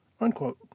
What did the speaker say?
unquote